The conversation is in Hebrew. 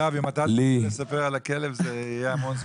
נדב, אם אתה תתחיל לספר על הכלב זה יהיה המון זמן.